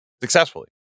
successfully